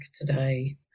today